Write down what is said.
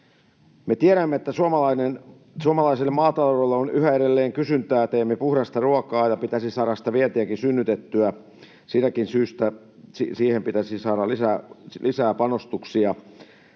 Me tiedämme, että suomalaiselle maataloudelle on yhä edelleen kysyntää. Teemme puhdasta ruokaa, ja pitäisi saada sitä vientiäkin synnytettyä. Siitäkin syystä siihen pitäisi saada lisää panostuksia.